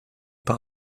par